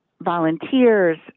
volunteers